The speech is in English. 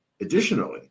additionally